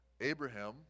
Abraham